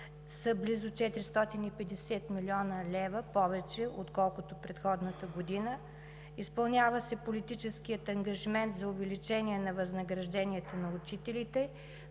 са близо 450 млн. лв. повече, отколкото предходната година. Изпълнява се политическият ангажимент за увеличение на възнагражденията на учителите,